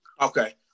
Okay